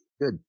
Good